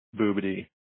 boobity